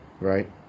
right